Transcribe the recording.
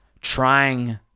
trying